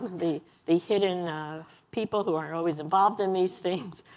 the the hidden people who are always involved in these things,